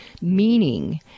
meaning